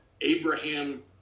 Abraham